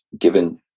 given